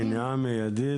מניעה מיידית?